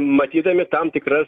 matydami tam tikras